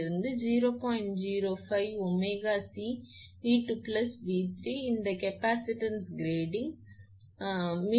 05𝜔𝐶 𝑉2 𝑉3 இந்த capacitance grading உண்மையில் இந்த புள்ளியில் இருந்து இந்த புள்ளியில் மின்னழுத்தம் உண்மையில் 𝑉2 𝑉3